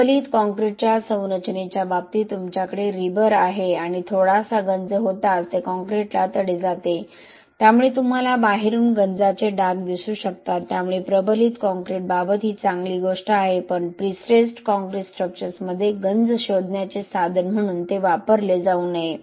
प्रबलित काँक्रीटच्या संरचनेच्या बाबतीत तुमच्याकडे रीबर आहे आणि थोडासा गंज होताच ते कॉंक्रिटला तडे जाते त्यामुळे तुम्हाला बाहेरून गंजाचे डाग दिसू शकतात त्यामुळे प्रबलित काँक्रीटबाबत ही चांगली गोष्ट आहे पण प्रीस्ट्रेस्ड कॉंक्रिट स्ट्रक्चर्समध्ये गंज शोधण्याचे साधन म्हणून ते वापरले जाऊ नये